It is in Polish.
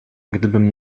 gdybym